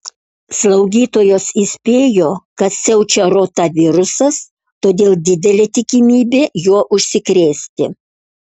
slaugytojos įspėjo kad siaučia rotavirusas todėl didelė tikimybė juo užsikrėsti